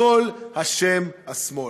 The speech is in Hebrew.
בכול אשם השמאל.